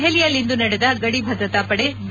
ದೆಹಲಿಯಲ್ಲಿಂದು ನಡೆದ ಗಡಿ ಭದ್ರತಾ ಪಡೆ ಬಿ